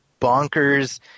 bonkers